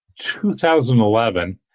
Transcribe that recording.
2011